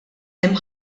hemm